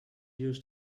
use